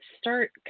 start